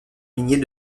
minier